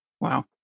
Wow